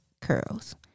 CURLS